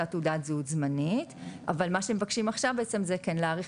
תעודת זהות זמנית אבל מה שאתם מבקשים עכשיו זה להאריך